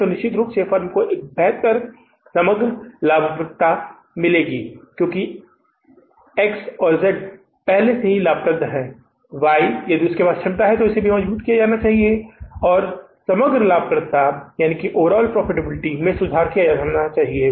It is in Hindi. फिर निश्चित रूप से हम फर्म की बेहतर समग्र लाभप्रदता के लिए जा रहे हैं क्योंकि एक्स और जेड पहले से ही लाभदायक हैं वाई यदि उसके पास क्षमता है तो इसे भी मजबूत किया जा सकता है समग्र लाभप्रदता में सुधार किया जा सकता है